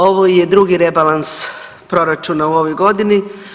Ovo je drugi rebalans proračuna u ovoj godini.